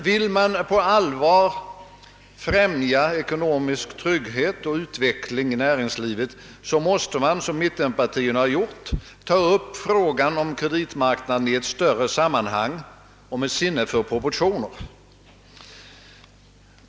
Vill man på allvar främja ekonomisk trygghet och utveckling i näringslivet måste man, som mittenpartierna har gjort, ta upp frågan om kreditmarknaden i ett större sammanhang och med sinne för proportioner.